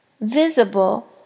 visible